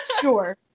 Sure